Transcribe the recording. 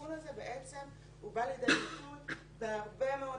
התיקון הזה בא לידי ביטוי בהרבה מאוד